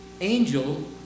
angel